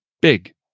big